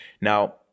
Now